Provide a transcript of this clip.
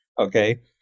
Okay